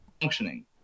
functioning